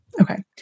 Okay